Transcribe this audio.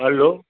hello